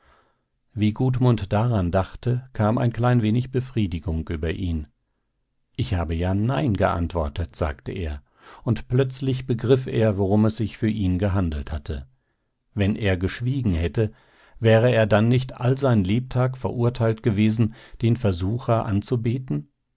wie gudmund daran dachte kam ein klein wenig befriedigung über ihn ich habe ja nein geantwortet sagte er und plötzlich begriff er worum es sich für ihn gehandelt hatte wenn er geschwiegen hätte wäre er dann nicht all sein lebtag verurteilt gewesen den versucher anzubeten